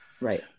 Right